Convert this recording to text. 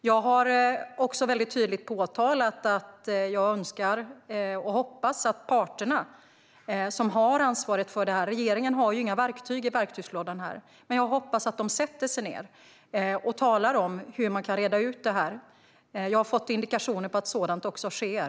Jag har också tydligt påtalat att jag önskar och hoppas att parterna som har ansvaret för detta - regeringen har ju inga verktyg i verktygslådan här - sätter sig ned och talar om hur man kan reda ut det. Jag har fått indikationer på att sådant också sker.